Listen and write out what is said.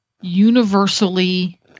universally